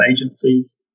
agencies